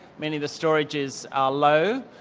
many of the storages are low,